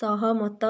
ସହମତ